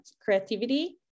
creativity